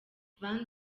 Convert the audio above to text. van